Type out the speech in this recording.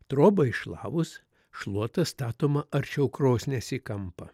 trobą iššlavus šluota statoma arčiau krosnies į kampą